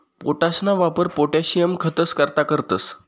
पोटाशना वापर पोटाशियम खतंस करता करतंस